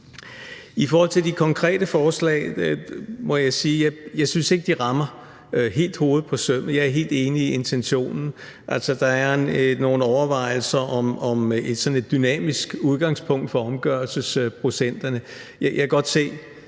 I forhold til de konkrete forslag må jeg sige: Jeg synes ikke, at de helt rammer hovedet på sømmet. Jeg er helt enig i intentionen. Altså, der er nogle overvejelser om sådan et dynamisk udgangspunkt for omgørelsesprocenterne. Jeg kan godt se,